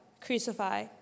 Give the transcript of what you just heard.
crucify